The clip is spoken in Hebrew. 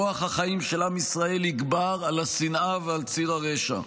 כוח החיים של עם ישראל יגבר על השנאה ועל ציר הרשע.